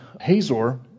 Hazor